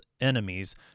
enemies